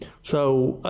so,